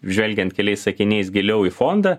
žvelgiant keliais sakiniais giliau į fondą